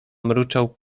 mruczał